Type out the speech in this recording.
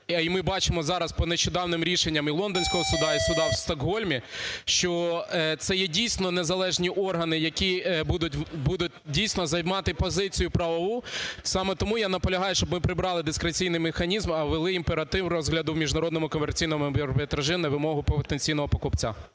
ми бачимо зараз по нещодавнім рішенням і Лондонського суду, і суду в Стокгольмі, що це є дійсно незалежні органи, які будуть, дійсно, займати позицію правову. Саме тому я наполягаю, щоб ми прибрали дискреційний механізм, а ввели імператив розгляду у Міжнародному комерційному арбітражі на вимогу потенційного покупця.